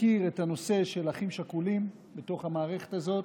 להכיר את הנושא של אחים שכולים בתוך המערכת הזאת,